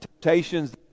Temptations